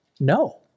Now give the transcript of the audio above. No